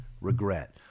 regret